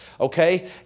okay